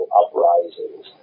uprisings